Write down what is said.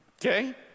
Okay